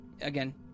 Again